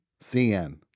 CN